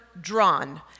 Drawn